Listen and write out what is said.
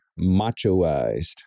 machoized